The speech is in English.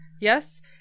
Yes